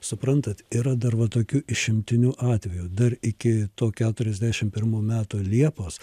suprantat yra dar va tokių išimtinių atvejų dar iki to keturiasdešimt pirmų metų liepos